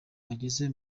bageze